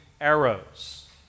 arrows